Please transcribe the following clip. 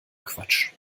quatsch